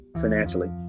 financially